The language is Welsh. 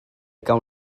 gawn